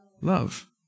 love